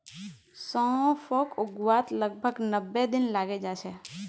सौंफक उगवात लगभग नब्बे दिन लगे जाच्छे